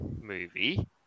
movie